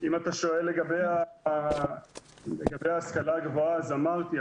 אם אתה שואל לגבי ההשכלה הגבוהה, אז אמרתי.